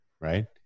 right